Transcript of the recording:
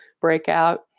breakout